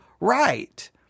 right